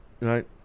right